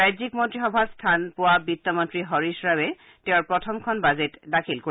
ৰাজ্যিক মন্ত্ৰীসভাত স্থান পোৱা বিত্তমন্ত্ৰী হৰিশ ৰাৱে তেওঁৰ প্ৰথমখন বাজেট দাখিল কৰিব